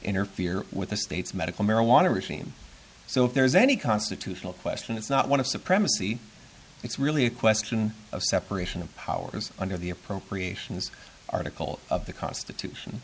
interfere with the state's medical marijuana regime so if there's any constitutional question it's not one of supremacy it's really a question of separation of powers under the appropriations article of the constitution